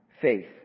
faith